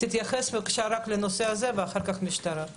תתייחס בבקשה לנושא הזה ואחר כך נשמע את נציגי המשטרה.